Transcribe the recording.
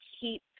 keep